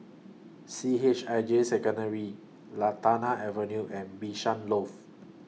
C H I J Secondary Lantana Avenue and Bishan Loft